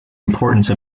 importance